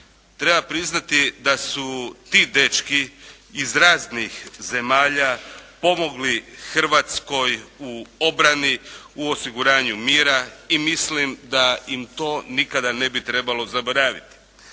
Treba priznati da su ti dečki iz raznih zemalja pomogli Hrvatskoj u obrani, u osiguranju mira i mislim da im to nikada ne bi trebalo zaboraviti.